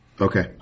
Okay